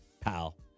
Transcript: pal